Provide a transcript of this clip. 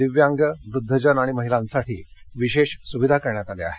दिव्यांग वृद्धजन आणि महिलांसाठी विशेष सुविधा करण्यात आल्या आहेत